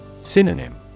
Synonym